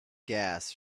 gas